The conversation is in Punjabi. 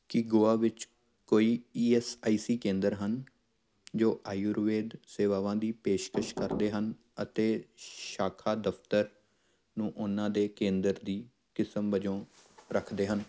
ਕੀ ਗੋਆ ਵਿੱਚ ਕੋਈ ਈ ਐਸ ਆਈ ਸੀ ਕੇਂਦਰ ਹਨ ਜੋ ਆਯੁਰਵੇਦ ਸੇਵਾਵਾਂ ਦੀ ਪੇਸ਼ਕਸ਼ ਕਰਦੇ ਹਨ ਅਤੇ ਸ਼ਾਖਾ ਦਫ਼ਤਰ ਨੂੰ ਉਹਨਾਂ ਦੇ ਕੇਂਦਰ ਦੀ ਕਿਸਮ ਵਜੋਂ ਰੱਖਦੇ ਹਨ